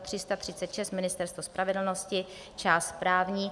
336 Ministerstvo spravedlnosti část správní